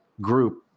group